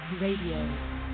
Radio